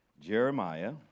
Jeremiah